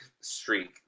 streak